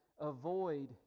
avoid